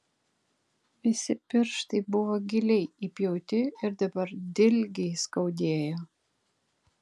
visi pirštai buvo giliai įpjauti ir dabar dilgiai skaudėjo